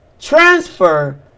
transfer